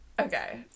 Okay